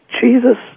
Jesus